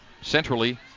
Centrally